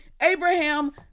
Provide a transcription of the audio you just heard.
Abraham